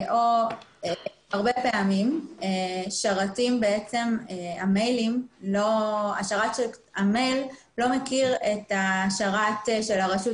הרבה פעמים המייל לא מכיר את השרת שהרשות